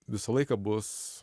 visą laiką bus